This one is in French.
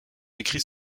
écrit